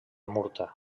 murta